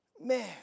man